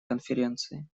конференции